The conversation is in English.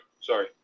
Sorry